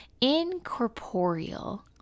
Incorporeal